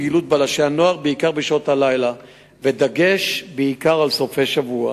פעילות בלשי הנוער בעיקר בשעות הלילה ודגש בעיקר על סופי שבוע.